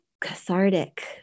cathartic